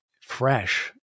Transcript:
fresh